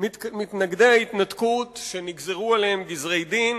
מתנגדי ההתנתקות שנגזרו עליהם גזרי-דין,